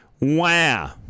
Wow